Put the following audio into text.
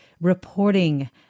reporting